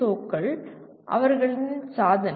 ஓக்களின் சாதனை